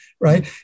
right